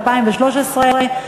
תפעול,